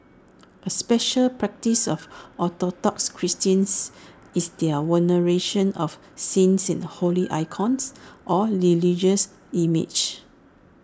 A special practice of Orthodox Christians is their veneration of saints and holy icons or religious images